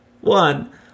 One